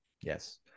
Yes